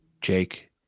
Jake